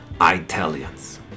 Italians